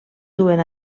duen